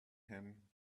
him